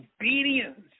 obedience